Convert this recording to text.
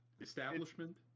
establishment